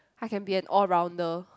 I can be an all rounder